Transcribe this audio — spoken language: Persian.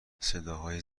صدای